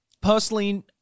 Personally